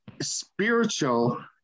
spiritual